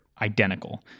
identical